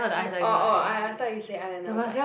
no orh orh I I thought you say eyeliner but